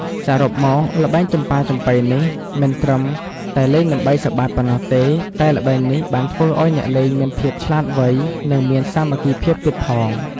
សរុបមក ល្បែងចំប៉ាចំប៉ីនេះមិនត្រឹមតែលេងដើម្បីសប្បាយប៉ុណ្ណោះទេ តែល្បែងនេះបានធ្វើឲ្យអ្នកលេងមានភាពឆ្លាសវៃ និងមានសាមគ្គីភាពទៀតផង។